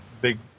big